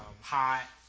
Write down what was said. hot